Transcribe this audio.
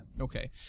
Okay